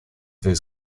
his